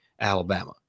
Alabama